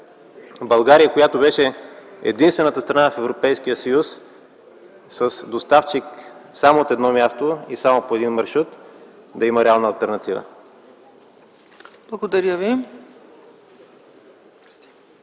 България, която беше единствената страна в Европейския съюз с доставки само от едно място и само по един маршрут, накрая ще има реална алтернатива. ПРЕДСЕДАТЕЛ